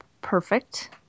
perfect